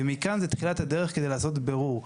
ומכאן זה תחילת הדרך כדי לעשות בירור.